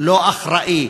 לא אחראי,